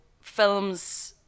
films